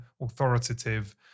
authoritative